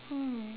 mm